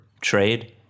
trade